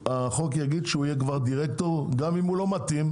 החוק יגיד שהוא יהיה כבר דירקטור גם אם הוא לא מתאים,